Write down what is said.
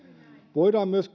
voidaan myös